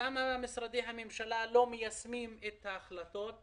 למה משרדי הממשלה לא מיישמים את ההחלטות?